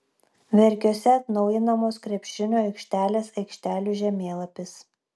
verkiuose atnaujinamos krepšinio aikštelės aikštelių žemėlapis